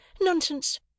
Nonsense